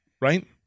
right